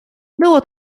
było